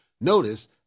Notice